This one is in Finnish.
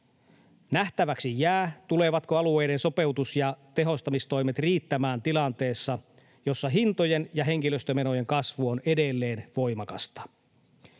Nähtäväksi jää, tulevatko alueiden sopeutus- ja tehostamistoimet riittämään tilanteessa, jossa hintojen ja henkilöstömenojen kasvu on edelleen voimakasta.